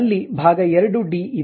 ಅಲ್ಲಿ ಭಾಗ 2 ಡಿ ಇದೆ